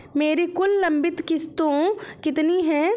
मेरी कुल लंबित किश्तों कितनी हैं?